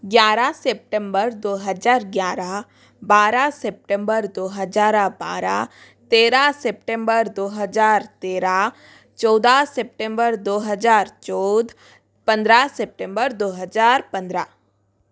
ग्याराह September दो हजार ग्याराह बारह सेप्टेम्बर दो हज़ार बाराह तेरह सेप्टेम्बर दो हजार तेरह चौदह सेप्टेम्बर दो हजार चौदह पन्द्रह सेप्टेम्बर दो हजार पन्द्रह